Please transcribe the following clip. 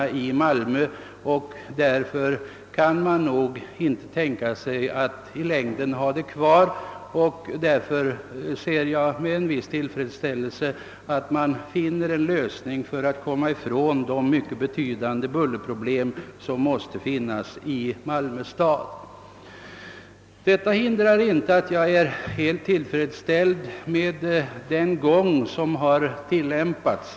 Det är därför inte möjligt att ha flygplatsen vid Bulltofta kvar. Jag skulle därför med tillfredsställelse se att man fann en lösning för att komma ifrån de mycket betydande bullerproblem som finns i Malmö. Detta betyder inte att jag är helt tillfredsställd med den arbetsgång som tillämpats.